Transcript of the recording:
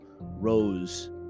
rose